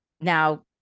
now